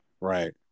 right